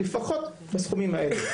לפחות בסכומים האלה.